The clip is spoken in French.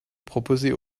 proposait